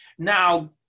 Now